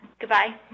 Goodbye